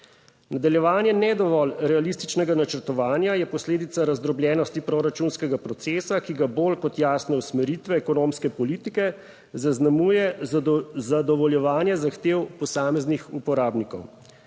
Nadaljevanje ne dovolj realističnega načrtovanja je posledica razdrobljenosti proračunskega procesa, ki ga bolj kot jasne usmeritve ekonomske politike zaznamuje zadovoljevanje zahtev posameznih uporabnikov.